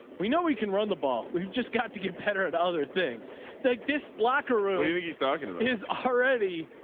we know we can run the ball. we've just got to get better at other things like this locker room and ah kind of is already,